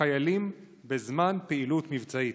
חיילים בזמן פעילות מבצעית.